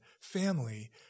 family